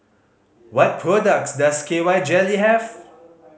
what products does K Y Jelly have